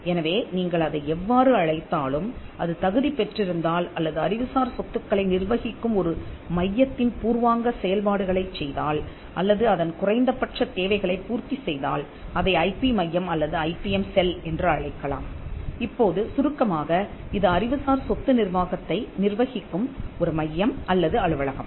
எனவே நீங்கள் அதை எவ்வாறு அழைத்தாலும் அது தகுதி பெற்றிருந்தால் அல்லது அறிவுசார் சொத்துக்களை நிர்வகிக்கும் ஒரு மையத்தின் பூர்வாங்க செயல்பாடுகளைச் செய்தால் அல்லது அதன் குறைந்தபட்ச தேவைகளைப் பூர்த்தி செய்தால் அதை ஐ பி மையம் அல்லது ஐபிஎம் செல் என்று அழைக்கலாம் இப்போது சுருக்கமாக இது அறிவுசார் சொத்து நிர்வாகத்தை நிர்வகிக்கும் ஒரு மையம் அல்லது அலுவலகம்